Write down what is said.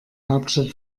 hauptstadt